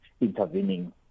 intervening